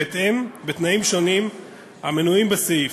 בתנאים שונים המנויים בסעיף.